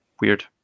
weird